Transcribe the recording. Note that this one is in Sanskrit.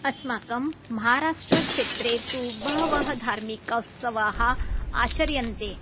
अस्माकं महाराष्ट्रक्षेत्रे तु बहवः धार्मिकोत्सवाः आचर्यन्ते